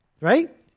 Right